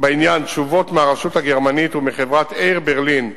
תשובות מהרשות הגרמנית ומחברת "אייר ברלין",